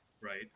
right